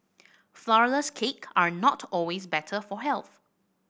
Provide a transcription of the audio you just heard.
flourless cakes are not always better for health